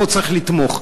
פה צריך לתמוך.